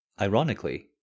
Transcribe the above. ironically